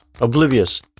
oblivious